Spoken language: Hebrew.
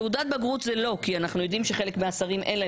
תעודת בגרות זה לא כי אנחנו יודעים שלחלק מהשרים אין.